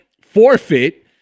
forfeit